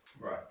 Right